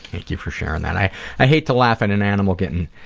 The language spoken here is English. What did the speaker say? thank you for sharing that. i i hate to laugh at an animal getting,